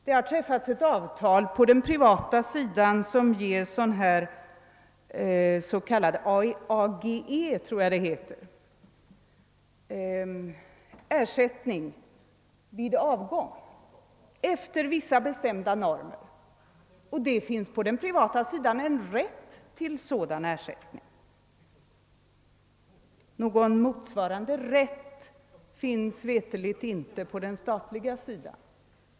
Det har träffats ett avtal på den privata sidan som ger rätt till ersättning vid avgång efter vissa bestämda normer, jag tror att det kallas AGE. Någon motsvarande rätt finns veterligen inte på den statliga sidan.